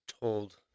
told